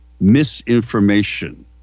misinformation